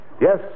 Yes